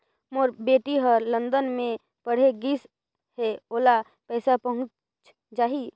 मोर बेटी हर लंदन मे पढ़े गिस हय, ओला पइसा पहुंच जाहि?